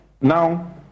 Now